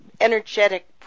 energetic